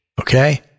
Okay